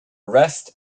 arrest